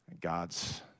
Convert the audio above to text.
God's